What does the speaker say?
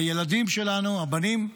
הילדים שלנו, הבנים,